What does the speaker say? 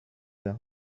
their